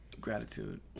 Gratitude